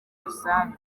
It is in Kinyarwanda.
rusange